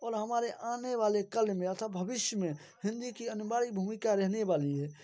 और हमारे आने वाले कल में अतः भविष्य में हिंदी की अनिवार्य भूमिका रहने वाली है